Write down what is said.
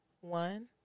one